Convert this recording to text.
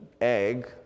egg